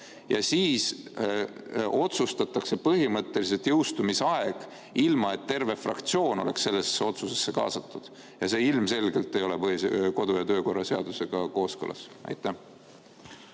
Ja siis otsustatakse põhimõtteliselt jõustumisaeg nii, et mõni fraktsioon ei ole sellesse otsusesse kaasatud. Ja see ilmselgelt ei ole kodu- ja töökorra seadusega kooskõlas. Aitäh